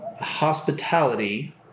hospitality